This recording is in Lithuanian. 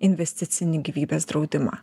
investicinį gyvybės draudimą